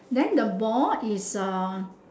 then the ball is uh